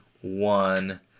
one